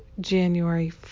January